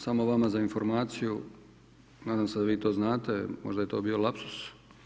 Samo vama za informaciju, nadam se da vi to znate, možda je to bio lapsus.